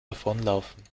davonlaufen